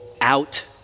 out